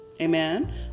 Amen